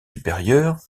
supérieures